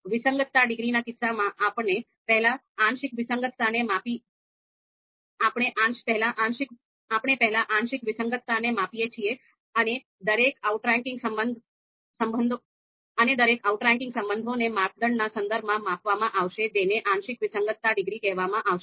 વિસંગતતા ડિગ્રીના કિસ્સામાં આપણે પહેલા આંશિક વિસંગતતાને માપીએ છીએ અને દરેક આઉટરેંકિંગ સંબંધોને માપદંડના સંદર્ભમાં માપવામાં આવશે જેને આંશિક વિસંગતતા ડિગ્રી કહેવામાં આવશે